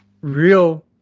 real